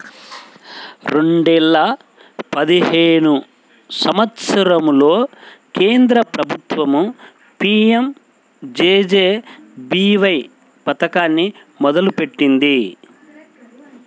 రెండేల పదిహేను సంవత్సరంలో కేంద్ర ప్రభుత్వం పీ.యం.జే.జే.బీ.వై పథకాన్ని మొదలుపెట్టింది